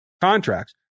contracts